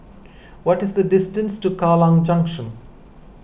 what is the distance to Kallang Junction